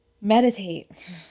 Meditate